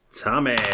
Tommy